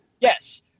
Yes